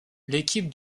l’équipe